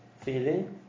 feeling